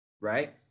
right